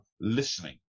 listening